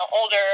older